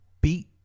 beat